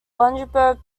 lunenburg